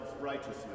righteousness